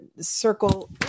circle